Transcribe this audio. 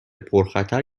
پرخطر